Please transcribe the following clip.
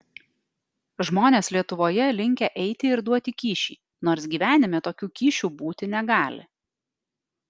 žmonės lietuvoje linkę eiti ir duoti kyšį nors gyvenime tokių kyšių būti negali